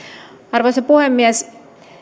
arvoisa puhemies